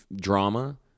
drama